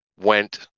went